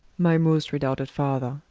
my most redoubted father,